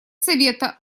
совета